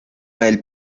del